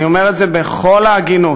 אני אומר את זה בכל ההגינות.